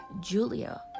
Julia